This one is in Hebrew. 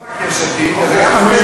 לא רק יש עתיד, אוקיי.